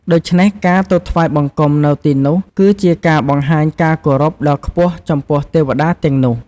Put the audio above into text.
ដូច្នេះការទៅថ្វាយបង្គំនៅទីនោះគឺជាការបង្ហាញការគោរពដ៏ខ្ពស់ចំពោះទេវតាទាំងនោះ។